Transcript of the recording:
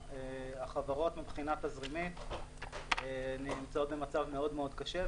החברות נמצאות במצב מאוד מאוד קשה,